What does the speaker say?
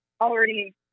already